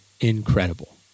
incredible